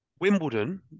Wimbledon